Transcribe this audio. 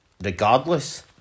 regardless